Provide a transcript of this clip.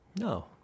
No